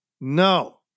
No